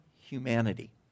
humanity